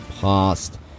past